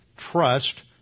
trust